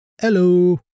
hello